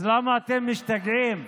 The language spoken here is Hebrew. אז למה אתם משתגעים?